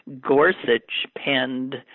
Gorsuch-penned